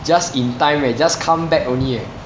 just in time eh just come back only eh